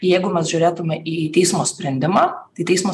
jeigu mes žiūrėtume į teismo sprendimą tai teismo